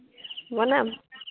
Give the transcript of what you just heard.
বনাম